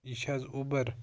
یہِ چھِ حظ اوٗبر